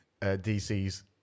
DC's